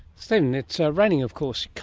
stephen, it's raining of course,